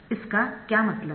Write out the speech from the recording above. इसका क्या मतलब है